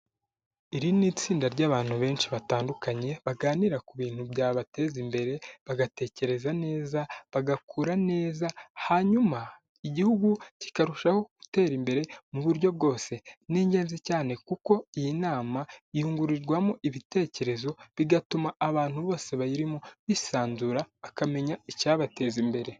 Iri ni itsinda ry'abantu benshi batandukanye baganira ku bintu byabateza imbere bagatekereza neza, bagakura neza, hanyuma igihugu kikarushaho gutera imbere mu buryo bwose, ni ingenzi cyane kuko iyi nama yungurirwamo ibitekerezo bigatuma abantu bose bayirimo bisanzura bakamenya icyabateza imbere.